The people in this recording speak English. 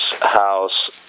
House